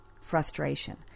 Frustration